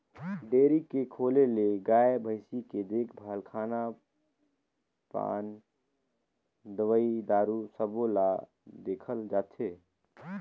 dairy के खोले ले गाय, भइसी के देखभाल, खान पान, दवई दारू सबो ल देखल जाथे